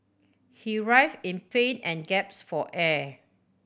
he writhe in pain and for air